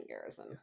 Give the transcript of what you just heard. Garrison